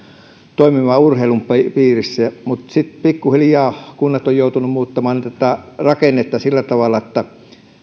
urheilun piirissä mutta sitten pikkuhiljaa kunnat ovat joutuneet muuttamaan tätä rakennetta sillä tavalla että